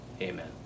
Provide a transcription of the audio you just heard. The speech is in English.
Amen